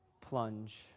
plunge